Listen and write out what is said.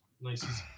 Nice